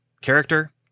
character